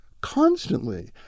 constantly